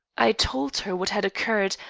i told her what had occurred,